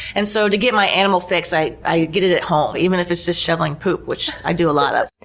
and so to get my animal fix i i get it at home, even if it's just shoveling poop, which i do a lot of.